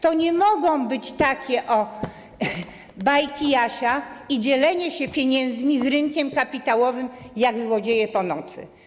To nie mogą być takie bajki Jasia i dzielenie się pieniędzmi z rynkiem kapitałowym jak złodzieje po nocy.